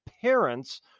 parents